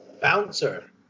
Bouncer